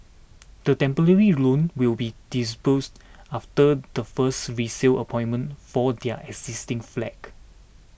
the temporary loan will be disbursed after the first resale appointment for their existing flag